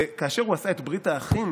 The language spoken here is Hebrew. כאשר הוא עשה את ברית האחים